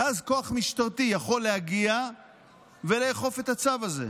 ואז כוח משטרתי יכול להגיע ולאכוף את הצו הזה.